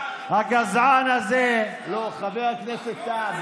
הגזען הזה, לא, חבר הכנסת טאהא.